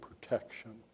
protection